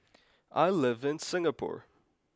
I live in Singapore